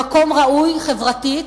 במקום ראוי חברתית